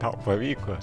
tau pavyko